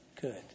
good